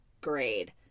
grade